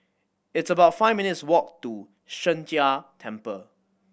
it's about five minutes' walk to Sheng Jia Temple